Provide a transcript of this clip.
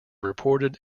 reported